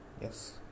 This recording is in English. Yes